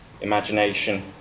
imagination